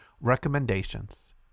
Recommendations